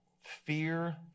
fear